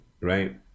right